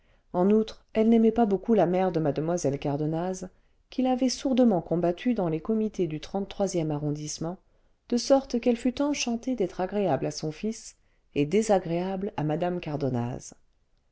en outre elle n'aimait pas beaucoup la mère de mlle cardonnaz qui l'avait sourdement combattue dans les comités du xxxme arrondissement de sorte qu'elle fut enchantée d'être agréable à son fils et désagréable à mme cardonnaz